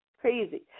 crazy